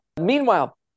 Meanwhile